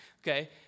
okay